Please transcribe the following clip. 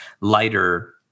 lighter